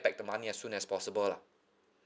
back the money as soon as possible lah